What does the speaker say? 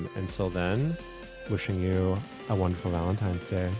until then wishing you a wonderful valentine's